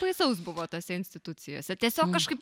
baisaus buvo tose institucijose tiesiog kažkaip